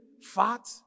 fat